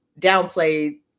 downplay